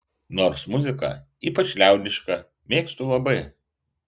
nors muziką ypač liaudišką mėgstu labai